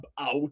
out